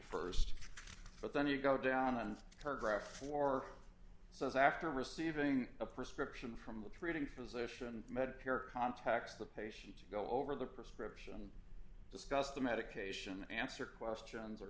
st but then you go down and hard graft for those after receiving a prescription from the treating physician medicare contacts the patient to go over the prescription discuss the medication answer questions or